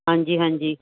ਹਾਂਜੀ ਹਾਂਜੀ